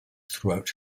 throughout